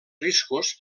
riscos